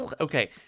Okay